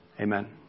Amen